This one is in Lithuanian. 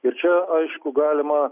ir čia aišku galima